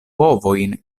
ovojn